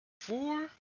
four